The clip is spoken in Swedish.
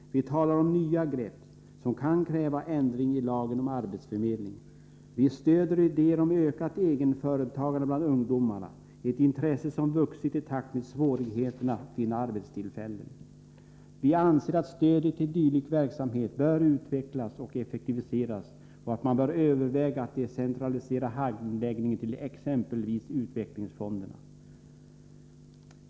Vi talar om nya grepp, som kan kräva ändring i lagen om arbetsförmedling. Vi stöder idéer om ökat egenföretagande bland ungdomarna. Intresset för egenföretagande har vuxit i takt med svårigheterna att finna arbetstillfällen. Vi anser att stödet till dylik verksamhet bör utvecklas och effektiviseras och att man bör överväga att decentralisera handläggningen till exempelvis utvecklingsfonderna.